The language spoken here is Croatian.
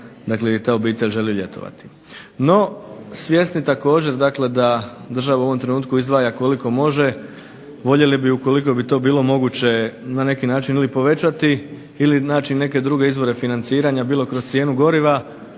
gdje ta obitelj želi ljetovati. No, svjesni također dakle da država u ovom trenutku izdvaja koliko može voljeli bi ukoliko bi to bilo moguće na neki način ili povećati ili naći neke druge izvore financiranja bilo kroz cijenu goriva,